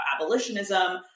abolitionism